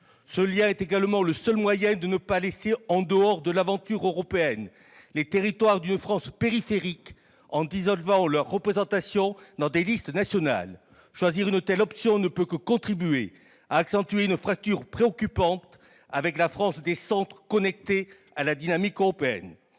Ce lien est également le seul moyen de ne pas laisser en dehors de l'aventure européenne les territoires de la France périphérique, en dissolvant leur représentation dans des listes nationales. Choisir une telle option ne peut que contribuer à accentuer une fracture préoccupante avec la France des centres connectés à la dynamique européenne.